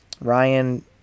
Ryan